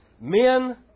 men